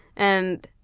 and